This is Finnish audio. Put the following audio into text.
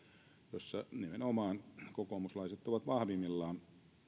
ja nimenomaan kokoomuslaiset ovat vahvimmillaan